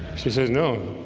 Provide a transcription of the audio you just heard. she says no,